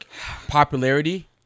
popularity